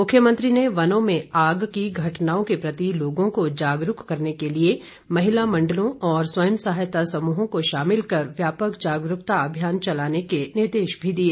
मुख्यमंत्री ने वनों में आग की घटनाओं के प्रति लोगों को जागरूक करने के लिए महिला मण्डलों और स्वयं सहायता समूहों को शामिल कर व्यापक जागरूकता अभियान चलाने के निर्देश भी दिए